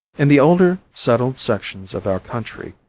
in the older settled sections of our country,